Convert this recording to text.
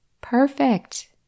Perfect